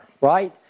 right